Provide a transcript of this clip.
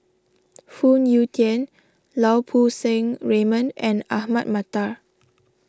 Phoon Yew Tien Lau Poo Seng Raymond and Ahmad Mattar